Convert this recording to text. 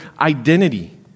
identity